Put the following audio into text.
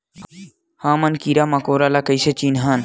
हमन कीरा मकोरा ला कइसे चिन्हन?